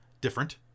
different